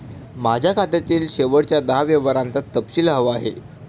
माझ्या खात्यातील शेवटच्या दहा व्यवहारांचा तपशील हवा आहे